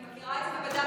אני מכירה את זה ובדקתי.